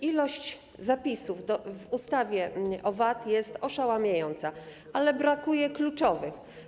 Ilość zapisów w ustawie o VAT jest oszałamiająca, ale brakuje tych kluczowych.